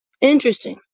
Interesting